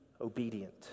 obedient